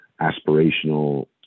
aspirational